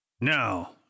now